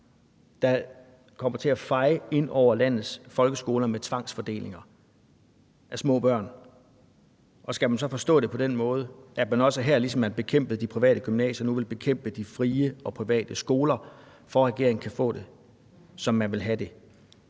vil komme til at feje ind over landets folkeskoler . Skal man så forstå det på den måde, at man også her, ligesom man bekæmpede de private gymnasier, nu vil bekæmpe de frie og private skoler, for at regeringen kan få det, som den vil have det?